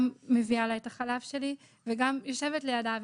גם הייתי מביאה לה את החלב שלי וגם יושבת לידה,